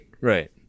Right